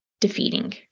defeating